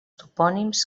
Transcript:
topònims